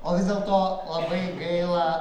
o vis dėlto labai gaila